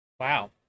wow